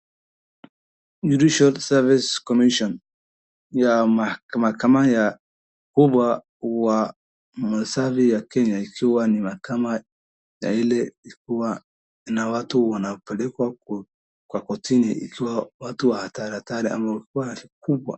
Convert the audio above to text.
Judicial Service Commission ya mahakamani ya kubwa wa masali ya Kenya ikiwa ni mahakama na ile ikiwa na watu wanapelekwa kwa kortini ikiwa watu wa hatari hatari ama kubwa.